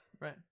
Right